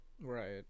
right